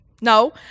No